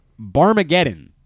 Barmageddon